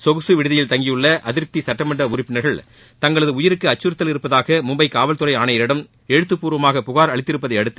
சொகுசு விடுதியில் தங்கியுள்ள அதிருப்தி சட்டமன்ற உறுப்பினர்கள் தங்களது உயிருக்கு அச்சுறுத்தல் இருப்பதாக மும்பை காவல்துறை ஆணையரிடம் எழுத்துப்பூர்வமாக புகார் அளித்திருப்பதையடுத்து